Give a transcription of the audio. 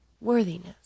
worthiness